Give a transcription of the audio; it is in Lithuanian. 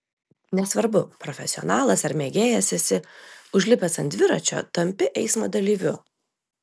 nesvarbu profesionalas ar mėgėjas esi užlipęs ant dviračio tampi eismo dalyviu